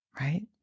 right